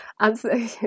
answer